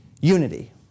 unity